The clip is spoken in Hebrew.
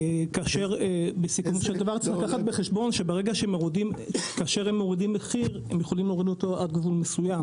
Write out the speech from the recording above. צריך לקחת בחשבון שהם יכולים להוריד את המחיר עד גבול מסוים